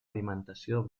alimentació